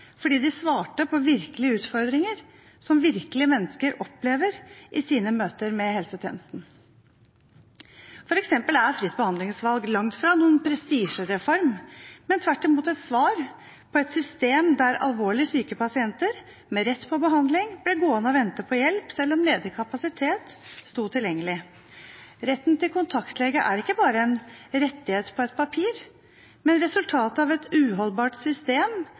fordi de svarte på virkelige utfordringer som virkelige mennesker opplever i sine møter med helsetjenesten. For eksempel er fritt behandlingsvalg langt fra noen prestisjereform, men tvert imot et svar på et system der alvorlig syke pasienter med rett på behandling ble gående og vente på hjelp selv om ledig kapasitet sto tilgjengelig. Retten til kontaktlege er ikke bare en rettighet på et papir, men resultatet av et uholdbart system